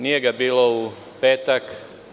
Nije ga bilo u petak.